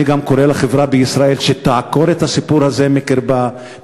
אני גם קורא לחברה בישראל שתעקור את הסיפור הזה מקרבה,